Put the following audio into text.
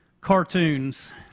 cartoons